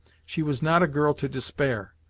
she was not a girl to despair,